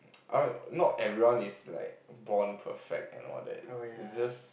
I mean not everyone is like born perfect and all that it's just